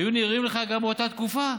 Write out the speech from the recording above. היו נראים לך גם באותה תקופה.